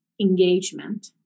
engagement